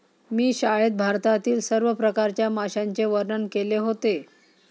मी शाळेत भारतातील सर्व प्रकारच्या माशांचे वर्णन केले होते